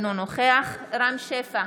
אינו נוכח רם שפע,